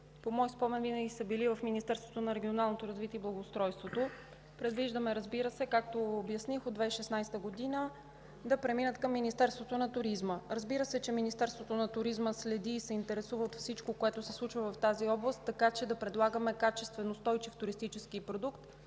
по мои спомени, винаги са били в Министерството на регионалното развитие и благоустройството. Предвиждаме, както обясних, от 2016 г. да преминат към Министерството на туризма. Разбира се, че Министерството на туризма следи и се интересува от всичко, което се случва в тази област, така че да предлагаме качествен, устойчив туристически продукт